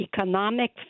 economic